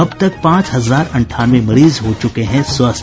अब तक पांच हजार अंठानवे मरीज हो चुके हैं स्वस्थ